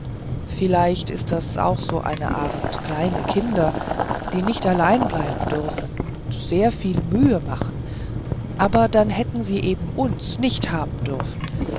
vielleicht ist das auch so eine art kleine kinder die nicht allein bleiben dürfen und sehr viel mühe machen aber dann hätten sie eben uns nicht haben dürfen